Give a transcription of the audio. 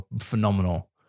phenomenal